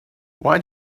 why